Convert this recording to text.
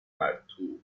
مرطوب